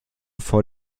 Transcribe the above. vor